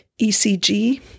ECG